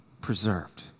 preserved